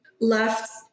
left